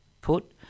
put